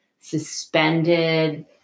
suspended